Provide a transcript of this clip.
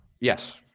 Yes